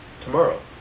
Tomorrow